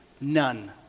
none